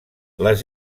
les